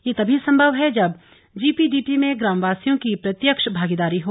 यह तभी सम्भव है जब जीपीडीपी में ग्रामवासियों की प्रत्यक्ष भागीदारी हो